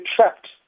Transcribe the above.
trapped